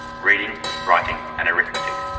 reading, writing and arithmetic,